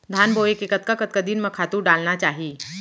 धान बोए के कतका कतका दिन म खातू डालना चाही?